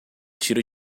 tiro